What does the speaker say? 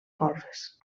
golfes